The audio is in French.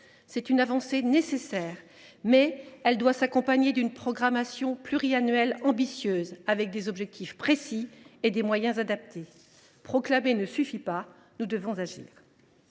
C’est une avancée nécessaire, mais elle doit s’accompagner d’une programmation pluriannuelle ambitieuse, avec des objectifs précis et des moyens adaptés. Proclamer ne suffit pas, nous devons agir